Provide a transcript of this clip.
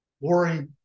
Worry